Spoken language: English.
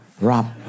Rob